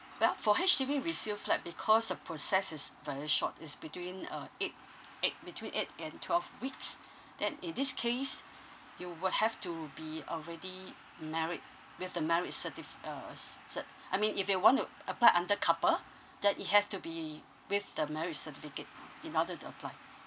well for H_D_B resale flat because the process is very short is between uh eight eight between eight and twelve weeks then in this case you will have to be already married with the marriage certif~ uh c~ cert I mean if you want to apply under couple then it have to be with the marriage certificate in order to apply